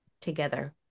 together